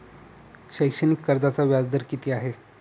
शैक्षणिक कर्जाचा व्याजदर किती आहे?